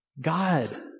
God